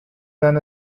than